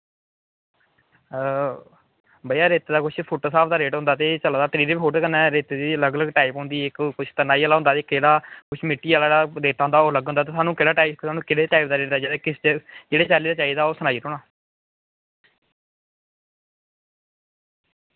ते भैया रेतै दा फुट्ट दे स्हाब कन्नै रेट होंदा ते रेतै दी बी अलग अलग स्हाब दे होंदे कुछ कनेहा होंदा कुछ मिट्टी आह्ला ते थुहानू किस टाईप दा रेता चाहिदा केह्ड़ी टाईप दा कनेहा चाहिदा ओह् सनाई ओड़ो ना